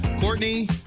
courtney